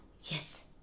Yes